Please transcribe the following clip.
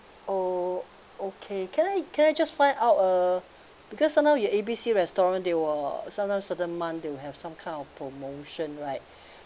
oh okay can I can I just find out uh because sometime your A B C restaurant they will sometime certain month they'll have some kind of promotion right